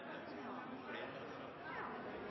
Representanten